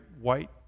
white